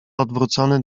odwrócony